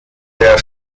der